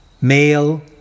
male